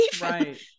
Right